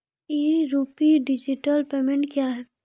ई RUPI digital payment क्या हैं?